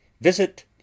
visit